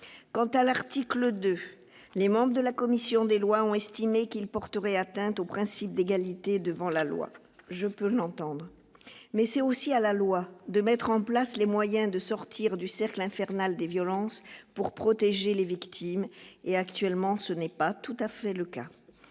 quant à l'article 2 les membres de la commission des lois ont estimé qu'il porterait atteinte au principe d'égalité devant la loi, je peux l'entendre mais c'est aussi à la loi, de mettre en place les moyens de sortir du cercle infernal des violences pour protéger les victimes et actuellement, ce n'est pas tout à fait le cas,